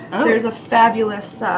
there's a fabulous